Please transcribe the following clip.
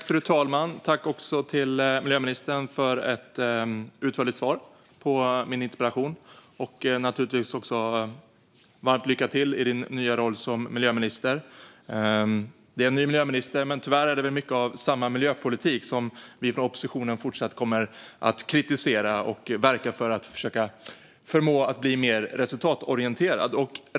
Fru talman! Tack, miljöministern, för ett utförligt svar på min interpellation. Varmt lycka till i din nya roll som miljöminister! Det är en ny miljöminister, men tyvärr är det mycket av samma miljöpolitik. Den kommer vi från oppositionen fortsätta att kritisera, och vi kommer att verka för att den ska bli mer resultatorienterad.